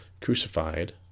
crucified